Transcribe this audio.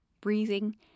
breathing